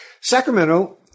Sacramento